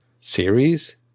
series